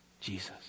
Jesus